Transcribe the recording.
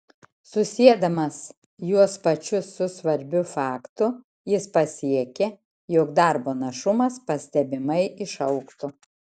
susiedamas juos pačius su svarbiu faktu jis pasiekė jog darbo našumas pastebimai išaugtų